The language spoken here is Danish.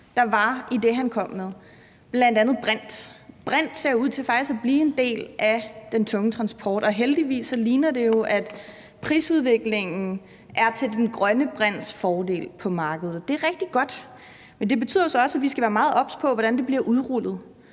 der var i det, han kom med, bl.a. brint. Brint ser faktisk ud til at blive en del af den tunge transport, og heldigvis ser det jo ud til, at prisudviklingen er til den grønne brints fordel på markedet, og det er rigtig godt, men det betyder så også, at vi skal være meget obs på, hvordan det bliver udrullet.